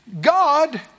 God